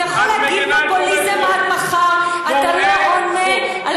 את מגינה על פורעי חוק.